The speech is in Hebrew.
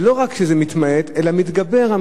לא רק שזה לא מתמעט, אלא שהמכירה מתגברת.